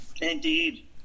Indeed